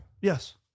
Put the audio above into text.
Yes